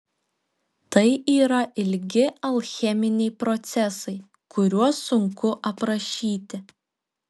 tai yra ilgi alcheminiai procesai kuriuos sunku aprašyti